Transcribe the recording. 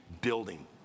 building